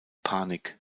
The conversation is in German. panik